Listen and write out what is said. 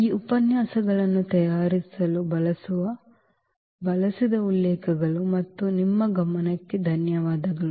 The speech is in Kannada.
ಈ ಉಪನ್ಯಾಸಗಳನ್ನು ತಯಾರಿಸಲು ಬಳಸುವ ಉಲ್ಲೇಖಗಳು ಮತ್ತು ನಿಮ್ಮ ಗಮನಕ್ಕೆ ಧನ್ಯವಾದಗಳು